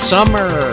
Summer